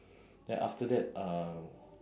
then after that um